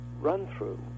run-through